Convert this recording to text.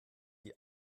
die